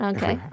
Okay